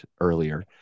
earlier